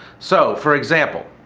so for example,